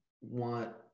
want